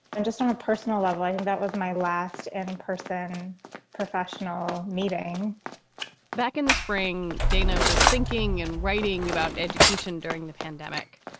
and just on a personal level, i think that was my last and in-person professional meeting back in the spring dana was thinking and writing about education during the pandemic,